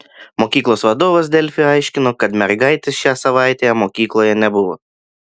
mokyklos vadovas delfi aiškino kad mergaitės šią savaitę mokykloje nebuvo